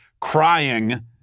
crying